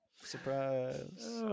Surprise